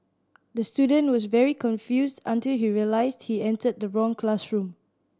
the student was very confused until he realised he entered the wrong classroom